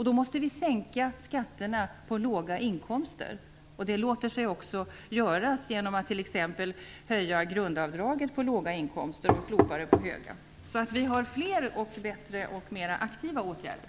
Då måste vi sänka skatterna på låga inkomster. Det låter sig också göras genom att t.ex. höja grundavdraget för låga inkomster och slopa det för höga. Vi har fler, bättre och mer aktiva åtgärder.